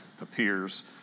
appears